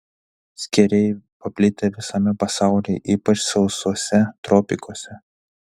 skėriai paplitę visame pasaulyje ypač sausuose tropikuose